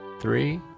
three